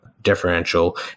differential